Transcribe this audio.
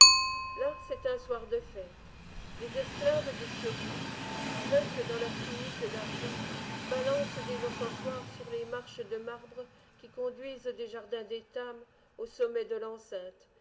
là c'est un soir de fête les esclaves d'éthiopie sveltes dans leurs tuniques d'argent balancent des encensoirs sur les marches de marbre qui conduisent des jardins d'etham au sommet de l'enceinte